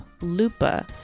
Lupa